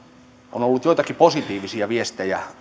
on ollut joitakin positiivisia viestejä